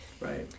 Right